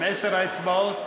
עם עשר האצבעות.